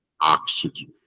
Oxygen